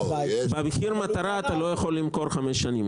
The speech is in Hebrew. במחיר מטרה אתה לא יכול למכור חמש שנים.